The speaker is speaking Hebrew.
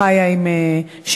חיה עם שריונר,